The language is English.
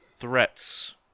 Threats